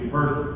First